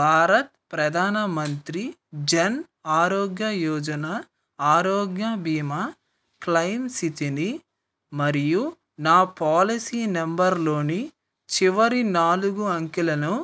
భారత్ ప్రధానమంత్రి జన్ ఆరోగ్య యోజన ఆరోగ్య బీమా క్లైమ్ స్థితిని మరియు నా పాలసీ నెంబర్లోని చివరి నాలుగు అంకెలను